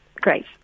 Great